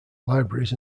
libraries